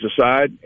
aside